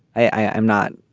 i'm not.